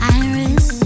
iris